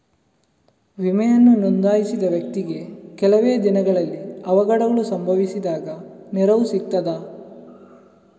ವಿಮೆಯನ್ನು ನೋಂದಾಯಿಸಿದ ವ್ಯಕ್ತಿಗೆ ಕೆಲವೆ ದಿನಗಳಲ್ಲಿ ಅವಘಡಗಳು ಸಂಭವಿಸಿದಾಗ ನೆರವು ಸಿಗ್ತದ?